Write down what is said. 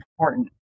important